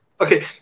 Okay